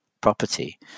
property